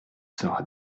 sera